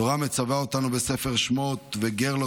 התורה מצווה אותנו בספר שמות: "וגר לא